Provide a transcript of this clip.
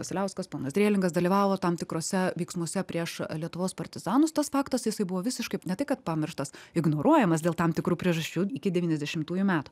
vasiliauskas ponas drėlingas dalyvavo tam tikruose veiksmuose prieš lietuvos partizanus tas faktas jisai buvo visiškai ne tai kad pamirštas ignoruojamas dėl tam tikrų priežasčių iki devyniasdešimtųjų metų